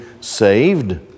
saved